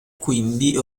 quindi